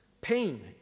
pain